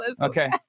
Okay